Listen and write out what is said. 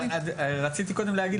רציתי להגיד,